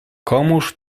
komuż